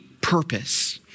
purpose